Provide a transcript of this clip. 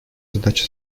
задача